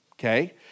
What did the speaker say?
Okay